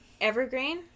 Evergreen